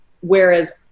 Whereas